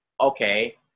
okay